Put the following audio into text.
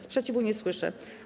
Sprzeciwu nie słyszę.